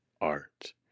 art